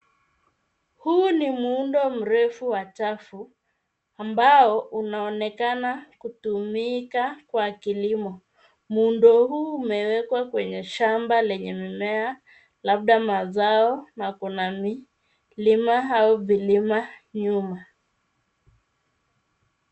Huu ni muundo mrefu wa chafu, ambao unaonekana kutumika kwa kilimo. Muundo huu umewekwa kwenye shamba lenye mimea, labda mazao, na kuna milima au vilima nyuma.